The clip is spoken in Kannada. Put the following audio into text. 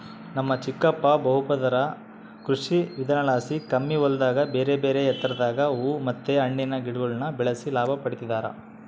ನಮ್ ಚಿಕ್ಕಪ್ಪ ಬಹುಪದರ ಕೃಷಿವಿಧಾನಲಾಸಿ ಕಮ್ಮಿ ಹೊಲದಾಗ ಬೇರೆಬೇರೆ ಎತ್ತರದಾಗ ಹೂವು ಮತ್ತೆ ಹಣ್ಣಿನ ಗಿಡಗುಳ್ನ ಬೆಳೆಸಿ ಲಾಭ ಪಡಿತದರ